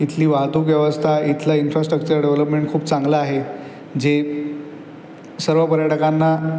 इथली वाहतूक व्यवस्था इथलं इनफ्रास्ट्रक्चर डेवलपमेंट खूप चांगलं आहे जे सर्व पर्यटकांना